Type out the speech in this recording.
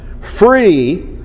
free